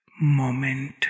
moment